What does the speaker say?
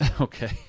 Okay